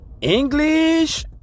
English